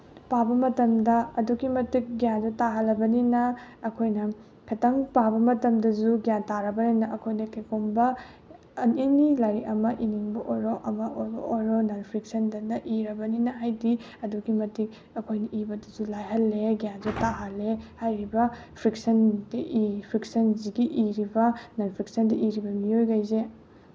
ꯄꯥꯕ ꯃꯇꯝꯗ ꯑꯗꯨꯛꯀꯤ ꯃꯇꯤꯛ ꯒ꯭ꯌꯥꯟꯗꯣ ꯇꯥꯍꯜꯂꯕꯅꯤꯅ ꯑꯩꯈꯣꯏꯅ ꯈꯤꯇꯪ ꯄꯥꯕ ꯃꯇꯝꯗꯁꯨ ꯒ꯭ꯌꯥꯟ ꯇꯥꯔꯕꯅꯤꯅ ꯑꯩꯈꯣꯏꯅ ꯀꯔꯤꯒꯨꯝꯕ ꯑꯦꯅꯤ ꯂꯥꯏꯔꯤꯛ ꯑꯃ ꯏꯅꯤꯡꯕ ꯑꯣꯏꯔꯣ ꯑꯃ ꯑꯣꯏꯔꯣ ꯅꯟ ꯐꯤꯛꯁꯟꯗꯅ ꯏꯔꯕꯅꯤꯅ ꯍꯥꯏꯗꯤ ꯑꯗꯨꯛꯀꯤ ꯃꯇꯤꯛ ꯑꯈꯣꯏꯅ ꯏꯕꯗꯁꯨ ꯂꯥꯏꯍꯜꯂꯦ ꯒ꯭ꯌꯥꯟꯁꯨ ꯇꯥꯍꯜꯂꯦ ꯍꯥꯏꯔꯤꯕ ꯐꯤꯛꯁꯟꯗ ꯐꯤꯛꯁꯟꯁꯤꯒꯤ ꯏꯔꯤꯕ ꯅꯟ ꯐꯤꯛꯁꯟꯗ ꯏꯔꯤꯕ ꯃꯤꯑꯣꯏꯈꯩꯁꯦ